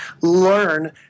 learn